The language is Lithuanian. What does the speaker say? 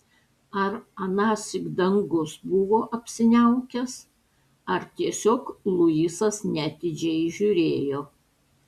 ar anąsyk dangus buvo apsiniaukęs ar tiesiog luisas neatidžiai žiūrėjo